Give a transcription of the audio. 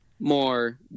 more